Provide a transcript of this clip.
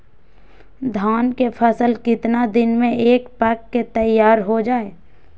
धान के फसल कितना दिन में पक के तैयार हो जा हाय?